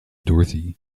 dorothy